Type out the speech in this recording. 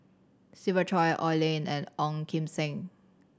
Siva Choy Oi Lin and Ong Kim Seng